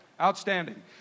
Outstanding